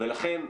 לכן,